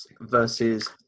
versus